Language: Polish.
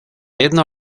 jedna